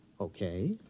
Okay